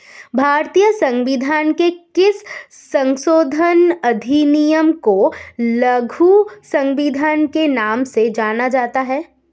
भारतीय संविधान के किस संशोधन अधिनियम को लघु संविधान के नाम से जाना जाता है?